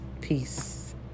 Peace